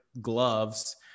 gloves